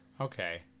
Okay